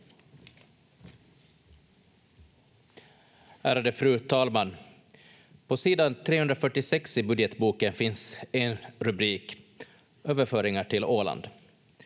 Ärade fru talman! På sida 346 i budgetboken finns en rubrik: ”Överföringar till Åland”.